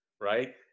Right